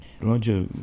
Roger